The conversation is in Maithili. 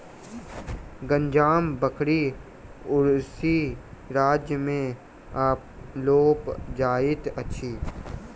गंजाम बकरी उड़ीसा राज्य में पाओल जाइत अछि